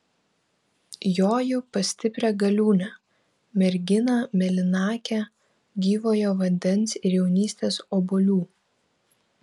joju pas stiprią galiūnę merginą mėlynakę gyvojo vandens ir jaunystės obuolių